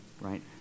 Right